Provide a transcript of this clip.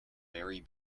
very